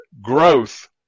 growth